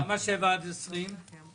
למה שבעה עד 20 קילומטר?